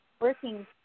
Working